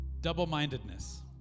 double-mindedness